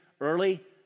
early